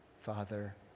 Father